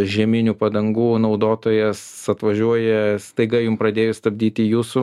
žieminių padangų naudotojas atvažiuoja staiga jum pradėjus stabdyti jūsų